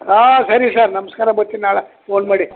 ಹಾಂ ಸರಿ ಸರ್ ನಮಸ್ಕಾರ ಬರ್ತಿನಿ ನಾಳೆ ಫೋನ್ ಮಾಡಿ